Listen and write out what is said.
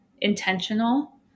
intentional